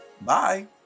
Bye